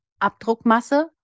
Abdruckmasse